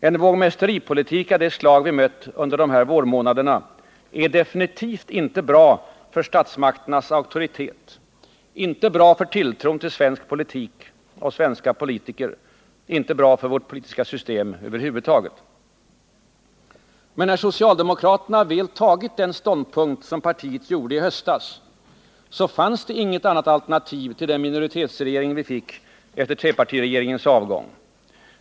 En vågmästeripolitik av det slag vi mött under dessa vårmånader är definitivt inte bra för statsmakternas auktoritet, inte bra för tilltron till svensk politik och svenska politiker, inte bra för vårt politiska system över huvud taget. När socialdemokraterna väl tagit den ståndpunkt partiet gjorde i höstas, fanns det inget annat alternativ till den minoritetsregering vi fick efter trepartiregeringens avgång.